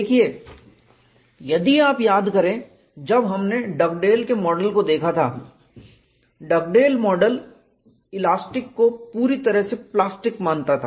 देखिए यदि आप याद करें जब हमने डगडेल के मॉडल को देखा था डगडेल मॉडल इलास्टिक को पूरी तरह से प्लास्टिक मानता था